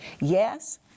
Yes